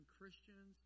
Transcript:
Christians